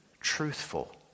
truthful